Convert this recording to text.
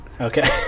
Okay